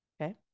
Okay